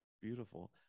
beautiful